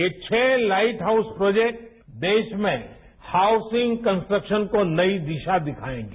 ये छरू lighthouse project देश में हाउसिंग कन्सट्रक्शन को नई दिशा दिखाएंगे